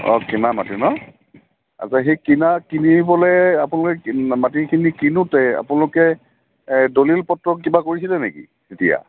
অঁ কিনা মাটি ন আচ্ছা সেই কিনা কিনিবলৈ আপোনালোকে মাটিখিনি কিনোঁতে আপোনালোকে এই দলিল পত্ৰ কিবা কৰিছিলে নেকি তেতিয়া